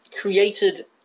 created